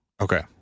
Okay